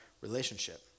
relationship